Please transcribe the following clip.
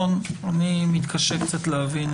מתקשה קצת להבין.